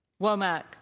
Womack